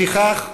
לפיכך,